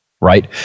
Right